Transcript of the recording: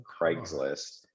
Craigslist